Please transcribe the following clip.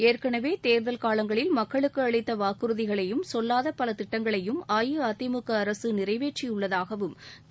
ஏற்கனவே தேர்தல் காலங்களில் மக்களுக்கு அளித்த வாக்குறுதிகளையும் சொல்வாத பல திட்டங்களையும் அஇஅதிமுக அரசு நிறைவேற்றியுள்ளதாகவும் திரு